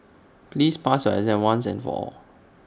please pass your exam once and for all